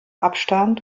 abstand